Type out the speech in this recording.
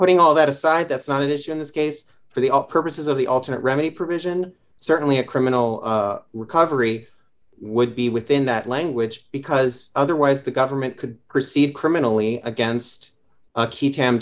putting all that aside that's not an issue in this case for the op purposes of the ultimate remedy provision certainly a criminal recovery would be within that language because otherwise the government could proceed criminally against a ke